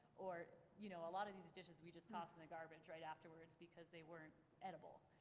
or you know a lot of these these dishes we just tossed in the garbage right afterwards because they weren't edible.